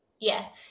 yes